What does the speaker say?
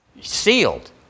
sealed